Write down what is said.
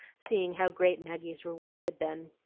seeing how great maggie's reward had been.